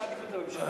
וניתן עדיפות לממשלה.